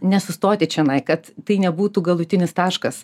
nesustoti čionai kad tai nebūtų galutinis taškas